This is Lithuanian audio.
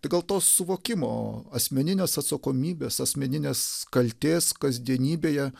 tai gal tos suvokimo asmeninės atsakomybės asmeninės kaltės kasdienybėje